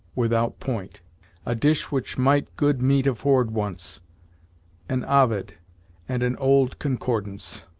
without point a dish which might good meat afford once an ovid, and an old concordance.